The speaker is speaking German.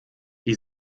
die